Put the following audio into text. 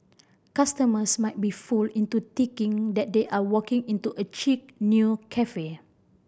customers might be fooled into ticking that they are walking into a chic new cafe